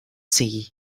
see